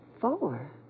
Four